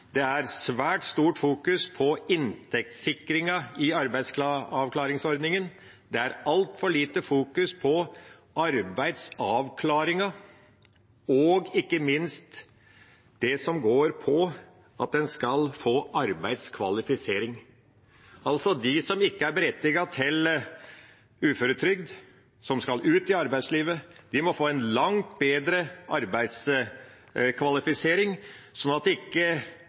Det er altfor lite fokus på arbeidsavklaringen og ikke minst det som handler om å få arbeidskvalifisering. De som ikke er berettiget til uføretrygd og som skal ut i arbeidslivet, må få en langt bedre arbeidskvalifisering, slik at ikke